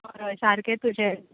हय सारकें तुजें